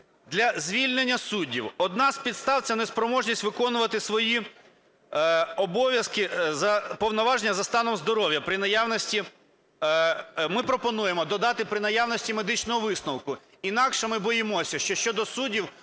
для звільнення суддів. Одна з підстав – це неспроможність виконувати свої обов'язки, повноваження за станом здоров'я при наявності… Ми пропонуємо додати "при наявності медичного висновку". Інакше ми боїмося, що щодо суддів